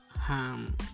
ham